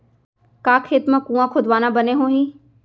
का खेत मा कुंआ खोदवाना बने होही?